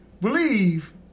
believe